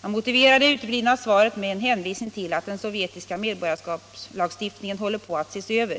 Man motiverar det uteblivna svaret med en hänvisning till att den sovjetiska medborgarskapslagstift ningen håller på att ses över.